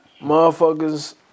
motherfuckers